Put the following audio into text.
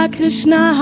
Krishna